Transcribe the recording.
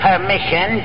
Permission